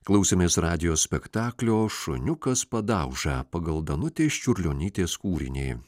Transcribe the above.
klausėmės radijo spektaklio šuniukas padauža pagal danutės čiurlionytės kūrinį